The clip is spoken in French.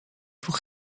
pour